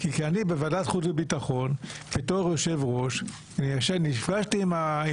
כי כשאני בתור יושב ראש ועדת חוץ ביטחון אמרתי שאני